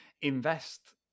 invest